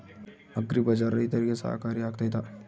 Agri ಬಜಾರ್ ರೈತರಿಗೆ ಸಹಕಾರಿ ಆಗ್ತೈತಾ?